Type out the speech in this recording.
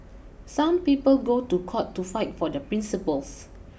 some people go to court to fight for their principles